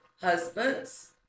Husbands